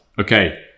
okay